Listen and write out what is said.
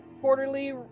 quarterly